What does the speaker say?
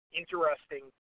interesting